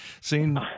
seen